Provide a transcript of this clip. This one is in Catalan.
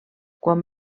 quan